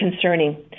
concerning